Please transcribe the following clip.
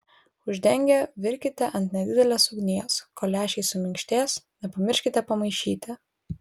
uždengę virkite ant nedidelės ugnies kol lęšiai suminkštės nepamirškite pamaišyti